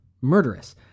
murderous